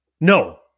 no